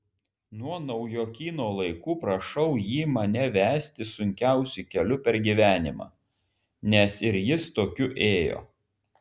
nuo naujokyno laikų prašau jį mane vesti sunkiausiu keliu per gyvenimą nes ir jis tokiu ėjo